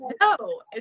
no